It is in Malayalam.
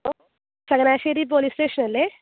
ഹലോ ചങ്ങനാശ്ശേരി പോലീസ് സ്റ്റേഷൻ അല്ലേ